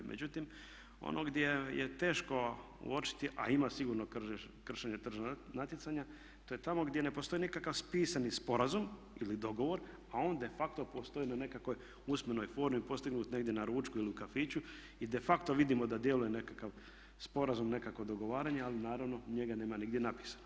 Međutim, ono gdje je teško uočiti, a ima sigurno kršenje tržnog natjecanja to je tamo gdje ne postoji nikakav pisani sporazum ili dogovor, a on de facto postoji na nekakvoj usmenoj formi postignut negdje na ručku ili u kafiću i de facto vidimo da djeluje nekakav sporazum, nekakvo dogovaranje, ali naravno njega nema nigdje napisano.